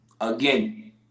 again